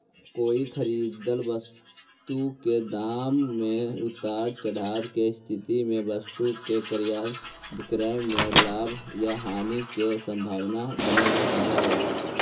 कोई खरीदल वस्तु के दाम में उतार चढ़ाव के स्थिति में वस्तु के क्रय विक्रय में लाभ या हानि के संभावना बनल रहऽ हई